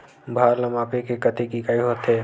भार ला मापे के कतेक इकाई होथे?